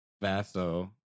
Vaso